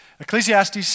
Ecclesiastes